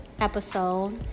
episode